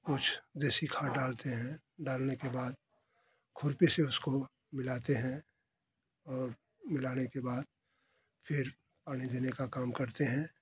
कुछ देशी खाद डालते हैं डालने के बाद खुरपी से उसको मिलाते हैं और मिलाने के बाद फिर पानी देने का काम करते हैं